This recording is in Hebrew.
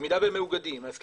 אם הם מאוגדים,